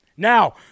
Now